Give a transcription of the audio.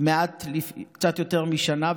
לפני קצת יותר משנה,